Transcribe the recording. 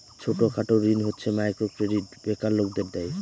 ছোট খাটো ঋণ হচ্ছে মাইক্রো ক্রেডিট বেকার লোকদের দেয়